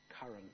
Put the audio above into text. current